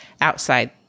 outside